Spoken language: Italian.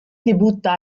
debutta